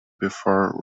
before